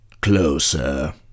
Closer